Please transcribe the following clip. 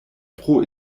pro